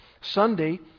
Sunday